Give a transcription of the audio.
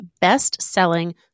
best-selling